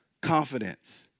confidence